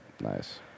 Nice